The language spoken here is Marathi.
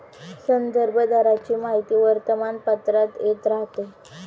संदर्भ दराची माहिती वर्तमानपत्रात येत राहते